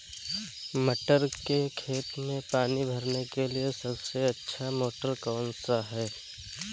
मटर के खेत में पानी भरने के लिए सबसे अच्छा मोटर कौन सा है?